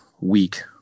week